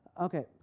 Okay